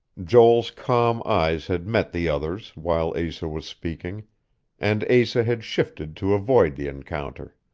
joel's calm eyes had met the other's while asa was speaking and asa had shifted to avoid the encounter.